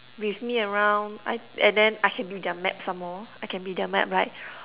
with me around I and then I can be their map some more I can be their map right